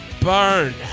Burn